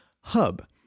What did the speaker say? Hub